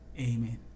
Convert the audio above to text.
amen